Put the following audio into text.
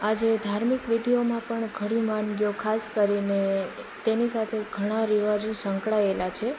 આજે ધાર્મિક વિધિઓમાં પણ ઘણી વાનગીઓ ખાસ કરીને તેની સાથે ઘણા રિવાજો સંકળાયેલા છે